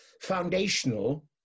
foundational